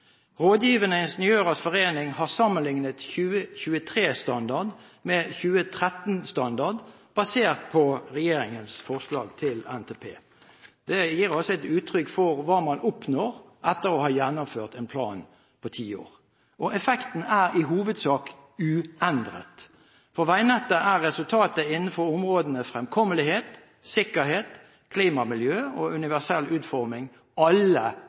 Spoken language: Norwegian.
Rådgivende Ingeniørers Forening har sammenlignet 2023-standard med 2013-standard basert på regjeringens forslag til NTP. Det gir et uttrykk for hva man oppnår etter å ha gjennomført en plan på ti år. Effekten er i hovedsak uendret. På veinettet er resultatet innenfor områdene fremkommelighet, sikkerhet, klima, miljø og universell utforming